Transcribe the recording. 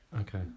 okay